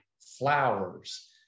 Flowers